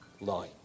lie